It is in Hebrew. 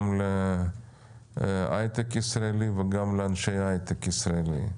גם להייטק ישראלי וגם לאנשי הייטק ישראלים.